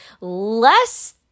less